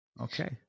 Okay